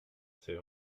c’est